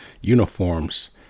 uniforms